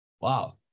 Wow